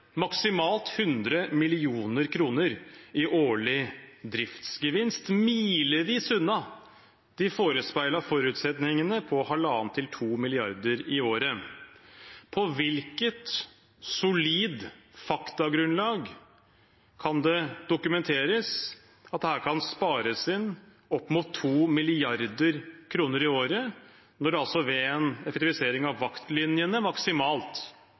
maksimalt 100 mill. kr i årlig driftsgevinst. Det er milevis unna de forespeilede forutsetningene på 1,5–2 mrd. kr i året. På hvilket solid faktagrunnlag kan det dokumenteres at det her kan spares inn opp mot 2 mrd. kr i året, når det ved en effektivisering av vaktlinjene maksimalt